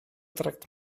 trägt